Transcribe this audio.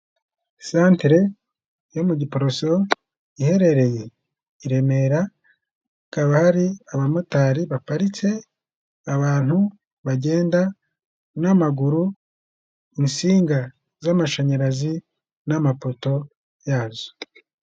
Santire yo mu giporoso iherereye i remera. Kaba hari abamotari baparitse, abantu bagenda n'amaguru, insinga z'amashanyarazi n'amapoto yazo.